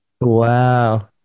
Wow